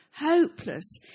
hopeless